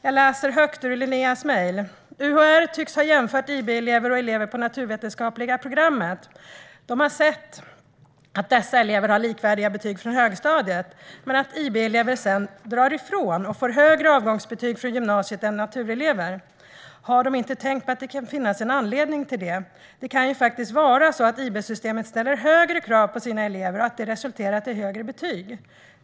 Jag ska läsa högt ur Linneas mejl: UHR tycks ha jämfört IB-elever och elever på naturvetenskapliga programmet. De har sett att dessa elever har likvärdiga betyg från högstadiet men att IB-elever sedan drar ifrån och får högre avgångsbetyg från gymnasiet än naturelever. Har de inte tänkt på att det kan finnas en anledning till det? Det kan ju faktiskt vara så att IB-systemet ställer högre krav på sina elever och att detta resulterar i högre betyg.